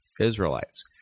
israelites